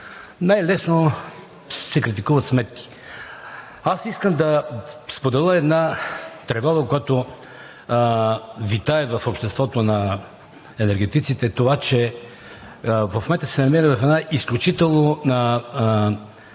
Най лесно се критикуват сметките. Аз искам да споделя една тревога, която витае в обществото на енергетиците – това, че в момента се намираме в една изключително